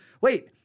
Wait